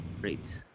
Great